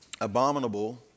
abominable